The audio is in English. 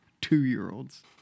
two-year-olds